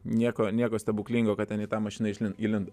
nieko nieko stebuklingo kad ten į tą mašiną įlindo